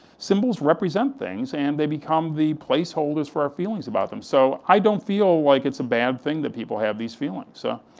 symbols represent things, and they become the placeholder for our feelings about them, so i don't feel like it's a bad thing that people have these feelings, so.